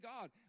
God